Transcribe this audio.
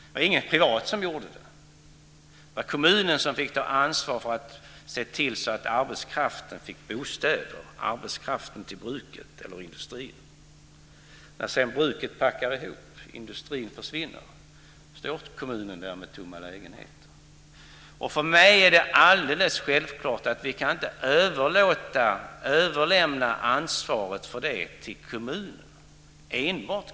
Det var ingen privat som gjorde det, utan det var kommunen som fick ta ansvar för att se till så att arbetskraften till bruket eller till industrin fick bostäder. När sedan bruket packade ihop och industrin försvann så stod kommunen där med tomma lägenheter. För mig är det alldeles självklart att vi inte kan överlåta och överlämna ansvaret för det enbart till kommunerna.